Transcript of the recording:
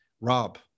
Rob